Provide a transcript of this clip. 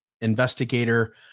Investigator